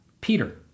Peter